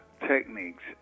techniques